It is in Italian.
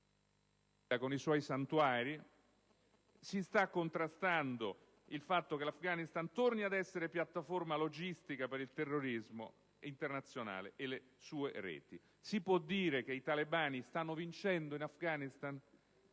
e ai suoi santuari e si sta contrastando la prospettiva che l'Afghanistan torni ad essere piattaforma logistica per il terrorismo internazionale e le sue reti. Si può affermare che i talebani stanno vincendo in Afghanistan